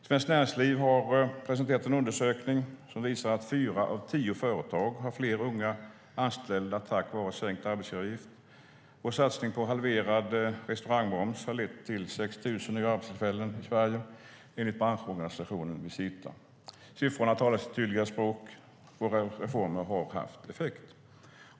Svenskt Näringsliv har presenterat en undersökning som visar att fyra av tio företag har fler unga anställda tack vare sänkt arbetsgivaravgift, och satsningen på halverad restaurangmoms har lett till 6 000 nya arbetstillfällen i Sverige, enligt branschorganisationen Visita. Siffrorna talar sitt tydliga språk. Våra reformer har haft effekt.